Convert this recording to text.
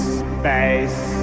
space